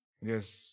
Yes